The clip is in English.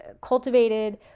cultivated